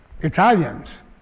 Italians